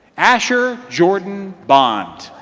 asher jordan bond.